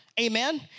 Amen